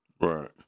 Right